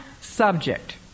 subject